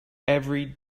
every